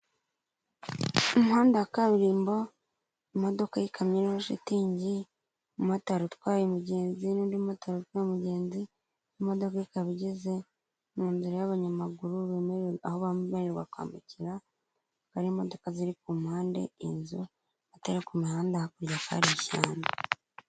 umuhanda wa kaburimbo, imodoka y'ikamyo iriho shitingi, umumotari utwaye umugenzi n'undi mumotari utwaye umugenzi, imodoka ikaba igeze mu nzira y'abanyamaguru, aho bamererwa kwambukira, hakaba hari imodoka ziri ku mpande, inzu, amatara ku mihanda, hakurya hakaba hari ishyamba.